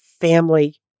family